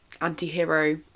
anti-hero